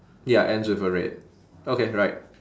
ya ends with a red okay right